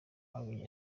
abanya